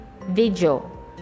video